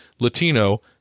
Latino